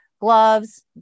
gloves